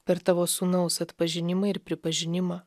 per tavo sūnaus atpažinimą ir pripažinimą